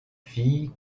fille